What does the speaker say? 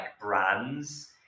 brands